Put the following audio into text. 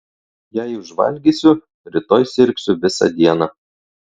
jei užvalgysiu rytoj sirgsiu visą dieną